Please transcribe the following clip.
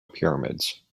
pyramids